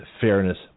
Fairness